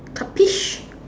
puppies